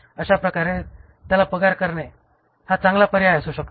अशा प्रकारे त्याचा पगार करणे हा एक चांगला पर्याय असू शकतो